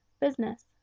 business